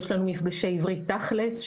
יש לנו מפגשי עברית תכלס,